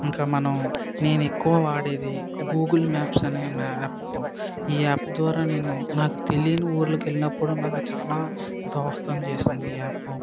ఇంకా మనం నేను ఎక్కువ వాడేది గూగుల్ మ్యాప్స్ అనే యాప్ ఈ యాప్ ద్వారా నేను నాకు తెలియని ఊర్లకు వెళ్ళినపుడు నాకు చాలా దోహదం చేసింది ఈ యాప్